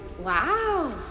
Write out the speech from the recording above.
Wow